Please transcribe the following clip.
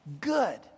good